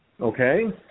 Okay